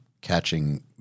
catching